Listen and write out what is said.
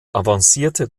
avancierte